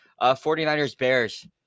49ers-Bears